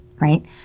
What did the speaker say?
right